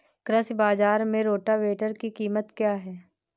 कृषि बाजार में रोटावेटर की कीमत क्या है?